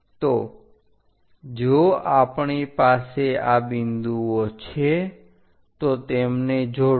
તો જો આપણી પાસે આ બિંદુઓ છે તો તેમને જોડો